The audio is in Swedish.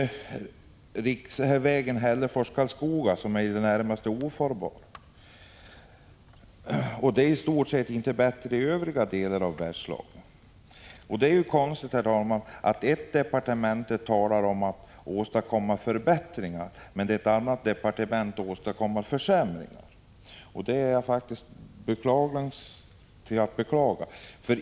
Riksvägen Hällefors-Karlskoga är i det närmaste ofarbar, och det är i stort sett inte bättre i övriga delar av Bergslagen. Det är konstigt, herr talman, att ett departement talar om att åstadkomma förbättringar, medan ett annat åstadkommer försämringar. Detta är att beklaga.